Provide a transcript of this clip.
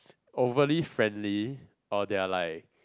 overly friendly or they are like